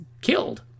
killed